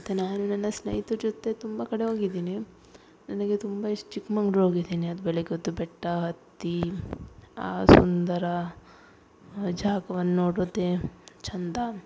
ಮತ್ತು ನಾನು ನನ್ನ ಸ್ನೇಹಿತ್ರ ಜೊತೆ ತುಂಬ ಕಡೆ ಹೋಗಿದೀನಿ ನನಗೆ ತುಂಬ ಇಷ್ಟ ಚಿಕ್ಮಂಗ್ಳೂರು ಹೋಗಿದೀನಿ ಅದು ಬೆಳಿಗ್ಗೆ ಹೊತ್ತು ಬೆಟ್ಟ ಹತ್ತಿ ಆ ಸುಂದರ ಜಾಗವನ್ನು ನೋಡೋದೆ ಚಂದ